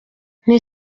nti